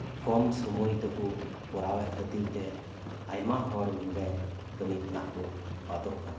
ᱠᱚᱢ ᱥᱩᱢᱟᱹᱭ ᱛᱮᱠᱩ ᱠᱚᱨᱟᱣᱮᱫ ᱠᱷᱟᱹᱛᱤᱨ ᱛᱮ ᱟᱭᱢᱟ ᱱᱚᱰᱮ ᱠᱟᱹᱢᱤᱠᱷᱚᱱᱟᱜ ᱠᱩ ᱵᱟᱫᱚᱜ ᱠᱟᱱᱟ